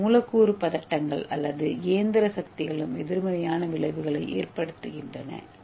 மேலும் மூலக்கூறு பதட்டங்கள் அல்லது இயந்திர சக்திகளும் எதிர்மறையான விளைவுகளை ஏற்படுத்துகின்றன